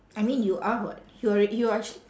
I mean you are what you alre~ you are actually